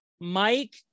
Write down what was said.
Mike